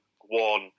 One